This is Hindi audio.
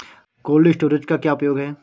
कोल्ड स्टोरेज का क्या उपयोग है?